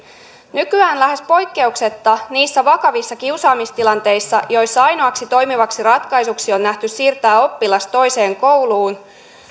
nykyään lähes poikkeuksetta niissä vakavissa kiusaamistilanteissa joissa ainoaksi toimivaksi ratkaisuksi on nähty siirtää oppilas toiseen kouluun